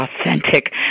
authentic